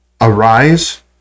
Arise